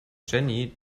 jenny